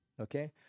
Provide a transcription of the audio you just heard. Okay